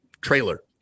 trailer